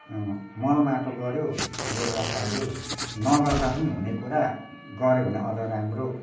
मलमाटो गर्यो गोडगाड पार्यो नगर्दा पनि हुने कुरा गर्यो भने अझ राम्रो